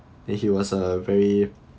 and he was uh very